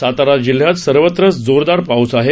सातारा जिल्ह्यात सर्वत्रच जोरदार पाऊस आहे